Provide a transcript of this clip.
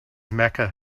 mecca